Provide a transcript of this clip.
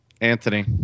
Anthony